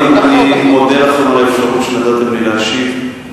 אבל אני מודה לכם על האפשרות שנתתם לי להשיב.